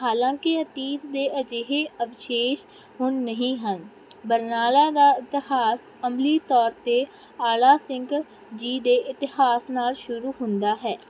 ਹਾਲਾਂਕਿ ਅਤੀਤ ਦੇ ਅਜਿਹੇ ਅਵਸ਼ੇਸ਼ ਹੁਣ ਨਹੀਂ ਹਨ ਬਰਨਾਲਾ ਦਾ ਇਤਿਹਾਸ ਅਮਲੀ ਤੌਰ 'ਤੇ ਆਲਾ ਸਿੰਘ ਜੀ ਦੇ ਇਤਿਹਾਸ ਨਾਲ ਸ਼ੁਰੂ ਹੁੰਦਾ ਹੈ